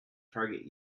target